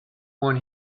when